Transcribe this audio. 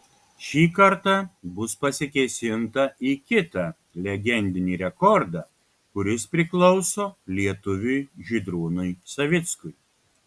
šį kartą bus pasikėsinta į kitą legendinį rekordą kuris priklauso lietuviui žydrūnui savickui